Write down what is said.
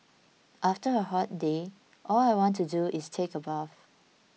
after a hot day all I want to do is take a bath